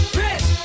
rich